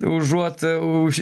užuot už